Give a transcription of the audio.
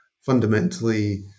fundamentally